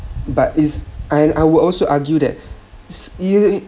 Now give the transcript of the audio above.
but is I I would also argue that